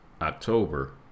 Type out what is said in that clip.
october